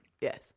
Yes